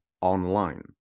online